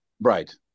Right